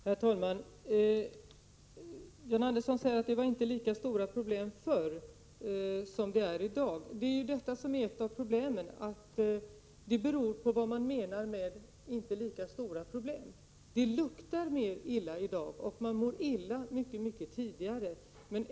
Herr talman! John Andersson säger att man inte hade lika stora problem förr som man har i dag. Det beror på vad man menar med ”inte lika stora problem”. Det luktar mer illa i dag, och man mår illa på ett tidigare stadium.